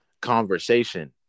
conversation